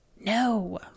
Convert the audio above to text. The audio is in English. No